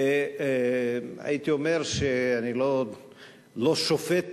והייתי אומר שאני לא שופט